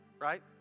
right